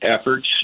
efforts